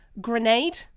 Grenade